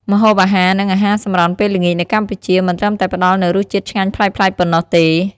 ម្ហូបអាហារ និងអាហារសម្រន់ពេលល្ងាចនៅកម្ពុជា មិនត្រឹមតែផ្តល់នូវរសជាតិឆ្ងាញ់ប្លែកៗប៉ុណ្ណោះទេ ។